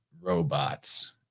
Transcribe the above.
robots